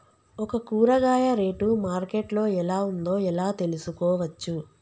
ఒక కూరగాయ rate market లో ఎలా ఉందో ఎలా తెలుసుకోవచ్చు?